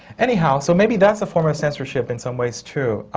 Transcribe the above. anyhow, so maybe that's a form of censorship in some ways, too.